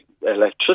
electricity